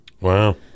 Wow